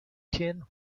tin